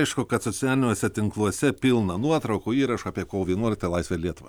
aišku kad socialiniuose tinkluose pilna nuotraukų įrašų apie kovo vienuoliktą laisvą lietuvą